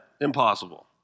impossible